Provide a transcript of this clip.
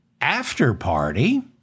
after-party